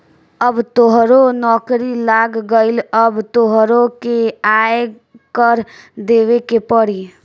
अब तोहरो नौकरी लाग गइल अब तोहरो के आय कर देबे के पड़ी